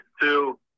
two